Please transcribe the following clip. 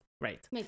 Right